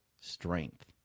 strength